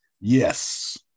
Yes